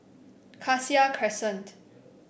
Cassia Crescent